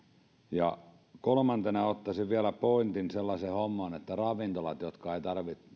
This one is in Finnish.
kolmantena ottaisin vielä sellaisen pointin eli ravintolat jotka eivät